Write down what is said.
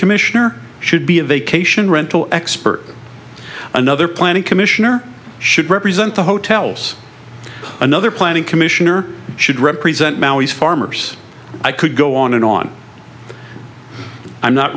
commissioner should be a vacation rental expert another planning commissioner should represent the hotel's another planning commission or should represent farmers i could go on and on i'm not